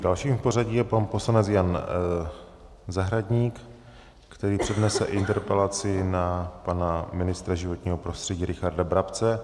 Dalším v pořadí je pan poslanec Jan Zahradník, který přednese interpelaci na pana ministra životního prostředí Richarda Brabce.